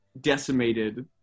decimated